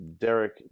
Derek